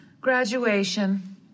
Graduation